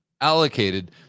allocated